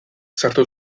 sartu